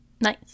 Nice